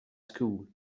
school